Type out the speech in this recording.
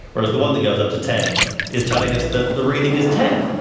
whereas the one that goes up to ten is telling us that the reading is ten.